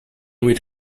which